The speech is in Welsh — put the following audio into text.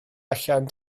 allan